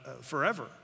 forever